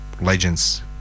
legends